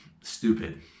stupid